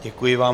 Děkuji vám.